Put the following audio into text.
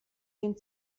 den